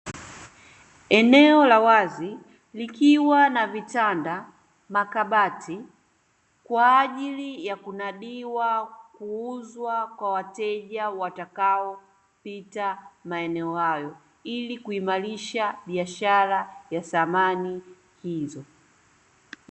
Eneo la wazi likiwa na vitanda, makabati kwa ajili ya kunadiwa, kuuzwa kwa wateja watakao pita maeneo hayo. Ili kuimarisha biashara ya samani hizo.